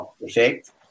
effect